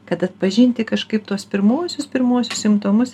kad atpažinti kažkaip tuos pirmuosius pirmuosius simptomus